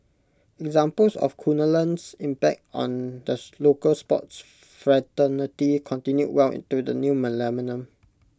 examples of Kunalan's impact on the local sports fraternity continued well into the new millennium